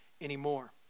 anymore